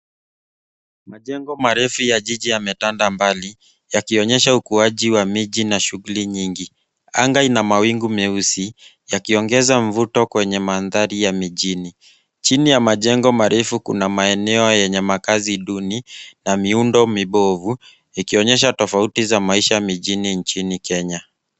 Majengo marefu ya jiji yametanda mbali yakionyesha ukuwaji wa miji na shughuli nyingi. Anga ina mawingu meusi yakiongeza mvuto kwenye mandhari ya mijini. Chini ya majengo marefu kuna maeneo ya makazi duni na miundo mibovu ikionyesha tofauti z a maisha mijini nchini Kenya.